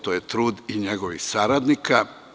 To je trud i njegovih saradnika.